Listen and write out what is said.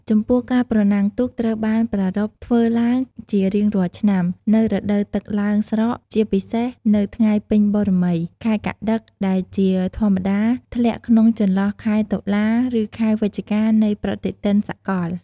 ចំពោះការប្រណាំងទូកត្រូវបានប្រារព្ធធ្វើឡើងជារៀងរាល់ឆ្នាំ នៅរដូវទឹកឡើងស្រក ជាពិសេសនៅ ថ្ងៃពេញបូណ៌មី ខែកត្តិក ដែលជាធម្មតាធ្លាក់ក្នុងចន្លោះ ខែតុលា ឬខែវិច្ឆិកា នៃប្រតិទិនសកល។